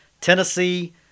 Tennessee